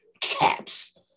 caps